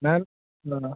ma'am no no